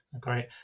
Great